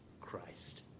Christ